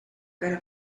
good